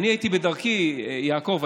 יעקב,